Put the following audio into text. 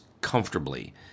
comfortably